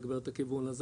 לתגבר את האזור הזה,